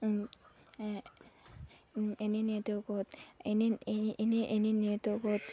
এনেই নেটৱৰ্কত এনে এনে এনে নেটৱৰ্কত